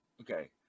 Okay